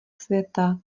světa